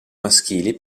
maschili